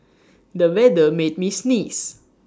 the weather made me sneeze